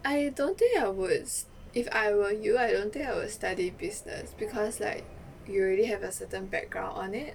I don't think I would if I were you I don't think I will study business because like you already have a certain background on it